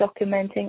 documenting